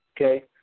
okay